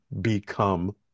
become